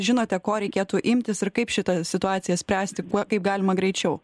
žinote ko reikėtų imtis ir kaip šitą situaciją spręsti kuo kaip galima greičiau